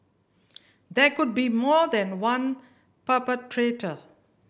there could be more than one perpetrator